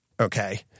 Okay